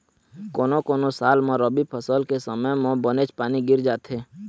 कोनो कोनो साल म रबी फसल के समे म बनेच पानी गिर जाथे